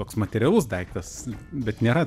toks materialus daiktas bet nėra